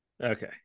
Okay